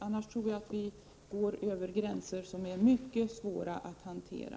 Annars kan man komma att gå över gränsen i situationer som är mycket svåra att hantera.